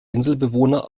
inselbewohner